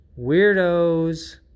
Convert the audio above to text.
weirdos